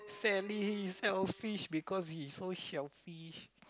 Sally sells fish because he so sell fish